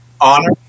honor